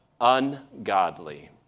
Ungodly